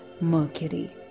mercury